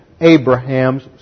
Abraham's